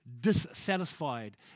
dissatisfied